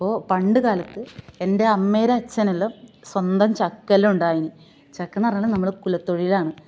ഇപ്പോൾ പണ്ടുകാലത്ത് എന്റെ അമ്മേടെ അച്ഛനെല്ലാം സ്വന്തം ചക്കലുണ്ടായിനി ചക്ക്ന്ന് പറഞ്ഞാൽ നമ്മുടെ കുലത്തൊഴിലാണ്